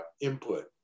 input